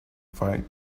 fight